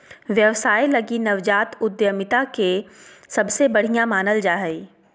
व्यवसाय लगी नवजात उद्यमिता के सबसे बढ़िया मानल जा हइ